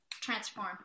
transform